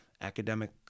academic